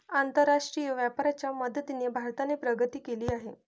आंतरराष्ट्रीय व्यापाराच्या मदतीने भारताने प्रगती केली आहे